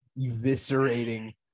eviscerating